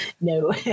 no